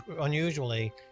unusually